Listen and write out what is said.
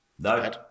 No